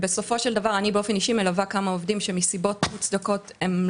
ואני אישית מלווה אישית כמה עובדים שמסיבות מוצדקות לא